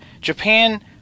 Japan